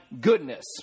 goodness